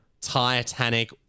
Titanic